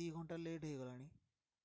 ଦୁଇ ଘଣ୍ଟା ଲେଟ୍ ହୋଇଗଲାଣି